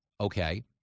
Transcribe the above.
Okay